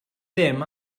ddim